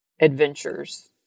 adventures